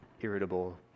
irritable